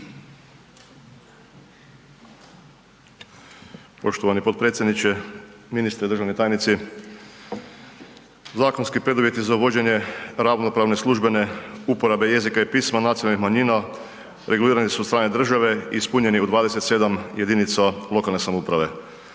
Poštovani potpredsjedniče, ministre, državni tajnici. Zakonski preduvjeti za uvođenje ravnopravne službene uporabe jezika i pisma nacionalnih manjina regulirani su od strane države ispunjeni u 27 jedinica lokalne samouprave.